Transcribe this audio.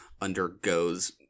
undergoes